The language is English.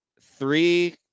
three